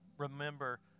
Remember